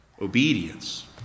Obedience